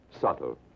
subtle